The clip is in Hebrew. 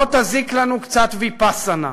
לא תזיק לנו קצת ויפאסנה,